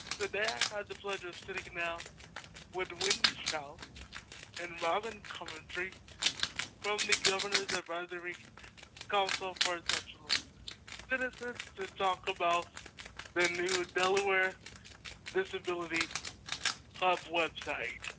today, i have the pleasure of sitting and down with wendy strauss and robin coventry from the governor's advisory council for exceptional citizens to talk about the new delaware disabilities hub website.